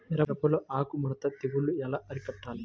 మిరపలో ఆకు ముడత తెగులు ఎలా అరికట్టాలి?